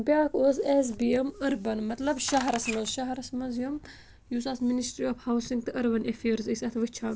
بیٛاکھ اوس S B M urban مطلب شَہرَس منٛز شَہرَس مَنٛز یِم یُس اَتھ منِسٹرٛی آف ہاوسِنٛگ تہٕ أربَن ایٚفِیرس ٲسۍ اَتھ وٕچھان